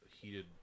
heated